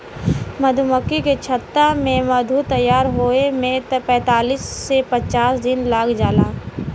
मधुमक्खी के छत्ता में मधु तैयार होये में पैंतालीस से पचास दिन लाग जाला